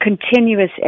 continuous